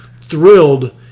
thrilled